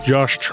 Josh